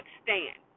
stand